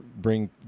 bring